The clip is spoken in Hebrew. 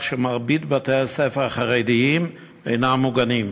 שמרבית בתי-הספר החרדיים אינם מוגנים.